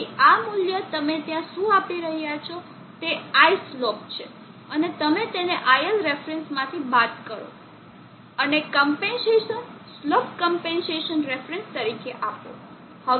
તેથી આ મૂલ્ય તમે ત્યાં શું આપી રહ્યા છો તે islope છે અને તમે તેને iLref માંથી બાદ કરો અને ક્મ્પેન્સેસન સ્લોપ ક્મ્પેન્સેસન રેફરન્સ તરીકે આપો